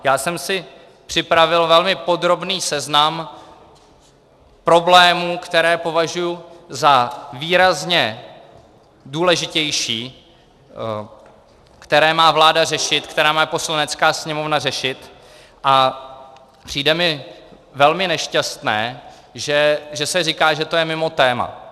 Já jsem si připravil velmi podrobný seznam problémů, které považuji za výrazně důležitější, které má vláda řešit, které Poslanecká sněmovna řešit, a přijde mi velmi nešťastné, že se říká, že to je mimo téma.